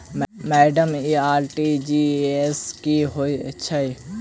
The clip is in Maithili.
माइडम इ आर.टी.जी.एस की होइ छैय?